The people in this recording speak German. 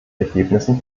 ergebnissen